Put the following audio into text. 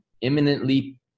imminently